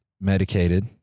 medicated